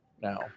now